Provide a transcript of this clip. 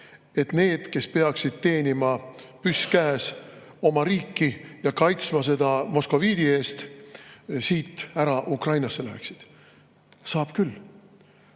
et need, kes peaksid teenima, püss käes, oma riiki ja kaitsma seda moskoviidi eest, siit ära Ukrainasse läheksid. Saab küll.